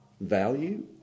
value